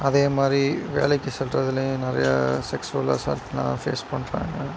அதேமாதிரி வேலைக்கு செல்றதுலையும் நிறையா செக்ஸ்சுவல் அசால்ட்லாம் ஃபேஸ் பண்ணுறாங்க